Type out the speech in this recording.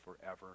forever